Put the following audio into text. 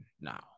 Now